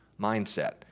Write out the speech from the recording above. mindset